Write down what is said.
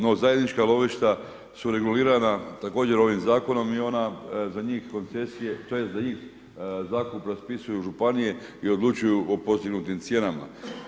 No, zajednička lovišta su regulirana također ovim zakonom i ona za njih koncesije tj. za njih… [[Govornik se ne razumije]] propisuju županije i odlučuju o postignutim cijenama.